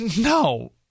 No